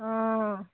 অঁ